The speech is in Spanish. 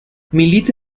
milita